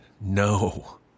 no